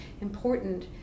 important